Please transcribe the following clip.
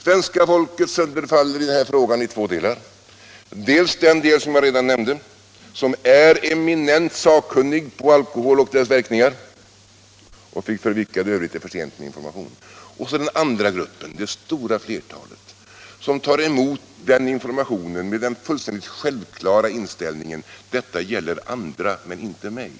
Svenska folket sönderfaller i den frågan i två delar, dels de människor som redan är, som jag nämnde, eminent sakkunniga på alkohol och dess verkningar och för vilka det f. ö. är för sent med information, dels det stora flertalet, som tar emot den informationen med den fullständigt självklara inställningen att detta gäller andra, men inte mig.